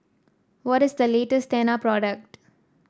what is the latest Tena product